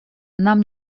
нам